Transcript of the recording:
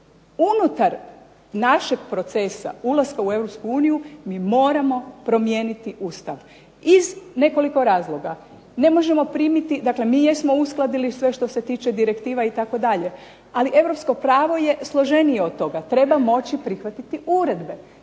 Unutar našeg procesa ulaska u Europsku uniju mi moramo promijeniti Ustav, iz nekoliko razloga. Ne možemo primiti, dakle mi jesmo uskladili sve što se tiče direktiva itd., ali Europsko pravo je složenije od toga, treba moći prihvatiti uredbe,